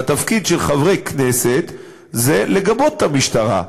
והתפקיד של חברי הכנסת זה לגבות את המשטרה.